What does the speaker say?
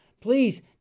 please